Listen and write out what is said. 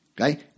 Okay